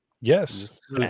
Yes